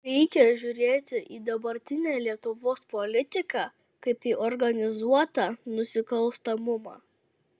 reikia žiūrėti į dabartinę lietuvos politiką kaip į organizuotą nusikalstamumą